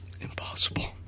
Impossible